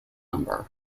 number